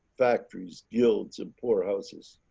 factories, guilds, and poor houses.